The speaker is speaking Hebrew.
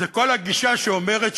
זה כל הגישה שאומרת,